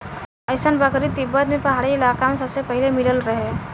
अइसन बकरी तिब्बत के पहाड़ी इलाका में सबसे पहिले मिलल रहे